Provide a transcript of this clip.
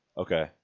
Okay